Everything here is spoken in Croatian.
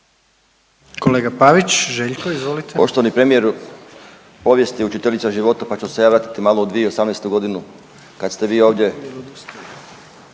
**Pavić, Željko (Nezavisni)** Poštovani premijeru povijest je učiteljica života pa ću se ja vratiti malo u 2018. godinu kad ste vi ovdje